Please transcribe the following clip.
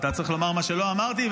אתה צריך לומר מה שלא אמרתי,